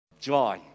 joy